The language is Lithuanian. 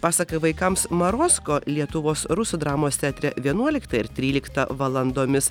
pasaka vaikams marosko lietuvos rusų dramos teatre vienuoliktą ir trylika valandomis